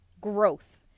growth